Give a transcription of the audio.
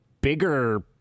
bigger